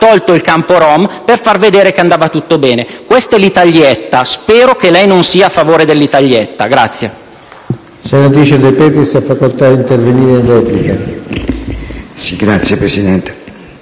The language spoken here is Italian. tolto il campo rom per far vedere che andava tutto bene. Questa è l'Italietta. Spero che lei non sia a favore dell'Italietta! [DE